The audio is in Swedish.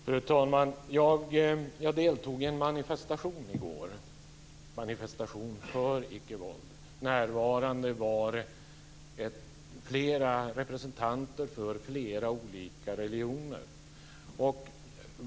Fru talman! Jag deltog i går i en manifestation för icke-våld. Närvarande var flera representanter för flera olika religioner.